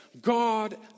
God